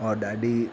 ऐं ॾाढी